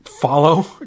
follow